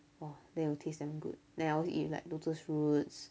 !wah! then it'll taste damn good then I always eat with like lotus roots